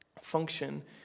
function